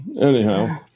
Anyhow